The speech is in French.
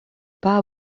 pas